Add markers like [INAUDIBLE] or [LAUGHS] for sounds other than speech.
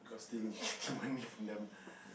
but still [LAUGHS] they'll check in my myth in them